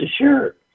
sure